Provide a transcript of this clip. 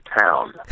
town